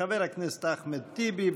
חבר הכנסת אחמד טיבי,